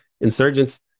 insurgents